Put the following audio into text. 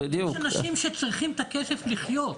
יש אנשים שצריכים את הכסף לחיות.